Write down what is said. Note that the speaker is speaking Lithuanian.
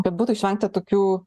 kad būtų išvengta tokių